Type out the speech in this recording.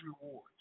rewards